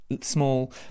small